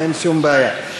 אין שום בעיה.